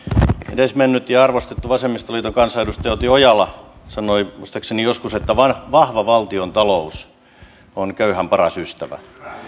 edesmennyt ja arvostettu vasemmistoliiton kansanedustaja outi ojala muistaakseni sanoi joskus että vahva valtiontalous on köyhän paras ystävä